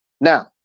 Now